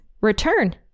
return